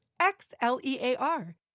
X-L-E-A-R